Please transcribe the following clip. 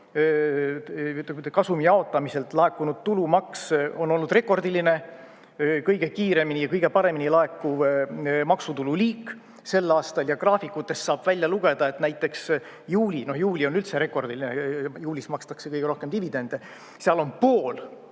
kasumi jaotamiselt laekunud tulumaks on olnud rekordiline, kõige kiiremini ja kõige paremini laekuv maksutulu liik sel aastal. Ja graafikutest saab välja lugeda, et näiteks juuli, noh, juuli on üldse rekordiline, juulis makstakse kõige rohkem dividende, seal on pool,